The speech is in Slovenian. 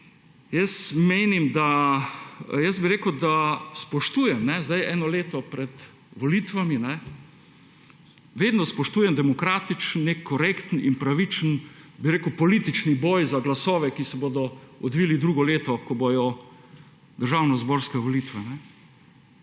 jaz bi rekel, da spoštujem sedaj eno leto pred volitvami, vedno spoštujem demokratičen, nek korekten in pravičen političen boj za glasove, ki se bodo odvili drugo leto, ko bodo državnozborske volitve.